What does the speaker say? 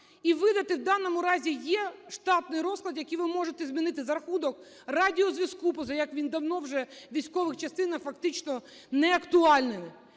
і видати, в даному разі є штатний розклад, який ви можете змінити за рахунок радіозв’язку, позаяк він давно вже в військових частинах фактично неактуальний.